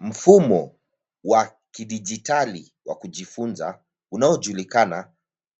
Mfumo wa kidijitali wa kujifunza unaojulikana